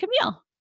Camille